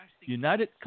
United